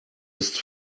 ist